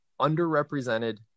underrepresented